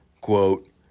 quote